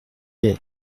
est